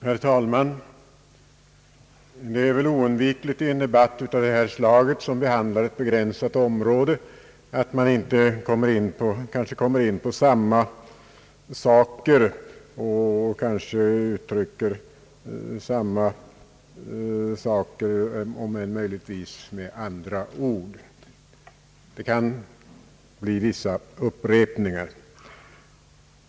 Herr talman! I en debatt som denna — som gäller ett begränsat område — är det väl oundvikligt att olika talare kommer in på samma saker, kanske uttryckta med andra ord, och att det kan bli vissa upprepningar.